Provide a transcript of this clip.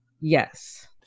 Yes